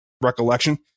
recollection